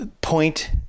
point